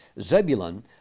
Zebulun